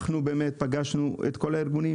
אנחנו פגשנו את כל הארגונים.